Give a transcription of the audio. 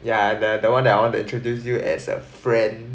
ya the the one that I want to introduce you as a friend